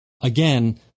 again